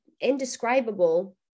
indescribable